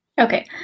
Okay